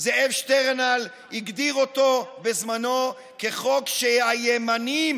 זאב שטרנהל הגדיר אותו בזמנו כחוק שהימנים